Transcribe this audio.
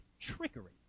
trickery